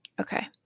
Okay